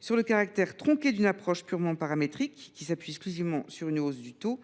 sur le caractère tronqué d’une approche purement paramétrique, qui s’appuie exclusivement sur une hausse du taux